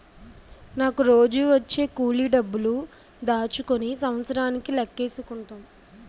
నాకు రోజూ వచ్చే కూలి డబ్బులు దాచుకుని సంవత్సరానికి లెక్కేసుకుంటాం